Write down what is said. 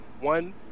one